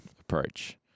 approach